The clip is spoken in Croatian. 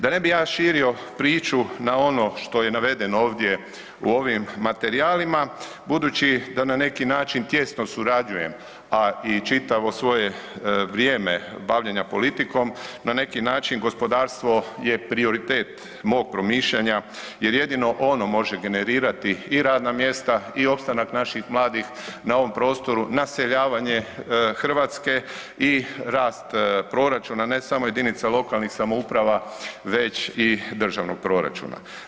Da ne bi ja širio priču na ono što je navedeno ovdje u ovim materijalima, budući da neki način tijesno surađujem a i čitavo svoje vrijeme bavljenja politikom, na neki način gospodarstvo je prioritet mog promišljanja jer jedino ono može generirati i radna mjesta i opstanak naših mladih na ovom prostoru, naseljavanje Hrvatske i rast proračuna ne samo jedinica lokalnih samouprava već i državnog proračuna.